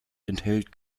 enthält